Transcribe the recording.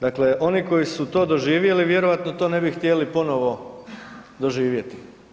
Dakle, oni koji su to doživjeli vjerojatno to ne bi htjeli ponovo doživjeti.